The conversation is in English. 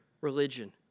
religion